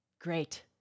great